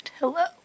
hello